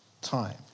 time